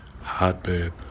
hotbed